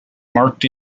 marked